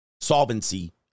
solvency